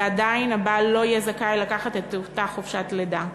ועדיין הבעל לא יהיה זכאי לקחת את אותה חופשת לידה.